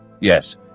Yes